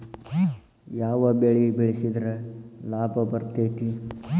ಯಾವ ಬೆಳಿ ಬೆಳ್ಸಿದ್ರ ಲಾಭ ಬರತೇತಿ?